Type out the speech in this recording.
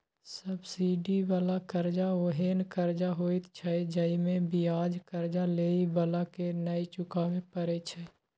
subsidy बला कर्जा ओहेन कर्जा होइत छै जइमे बियाज कर्जा लेइ बला के नै चुकाबे परे छै